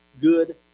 good